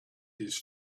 his